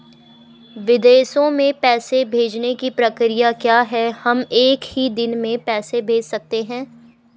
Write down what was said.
विदेशों में पैसे भेजने की प्रक्रिया क्या है हम एक ही दिन में पैसे भेज सकते हैं?